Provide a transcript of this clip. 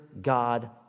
God